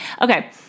Okay